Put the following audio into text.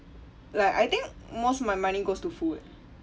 like I think m~ most my of money goes to food